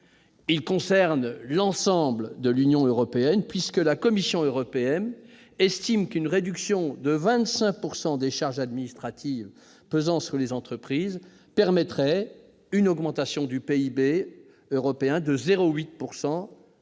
Il concerne l'ensemble de l'Union européenne, puisque la Commission européenne estime qu'une réduction de 25 % des charges administratives pesant sur les entreprises permettrait une augmentation de 0,8